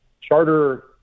charter